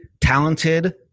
talented